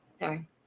Sorry